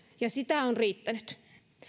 ja sitä on riittänyt